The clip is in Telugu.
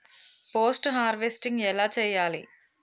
పోస్ట్ హార్వెస్టింగ్ ఎలా చెయ్యాలే?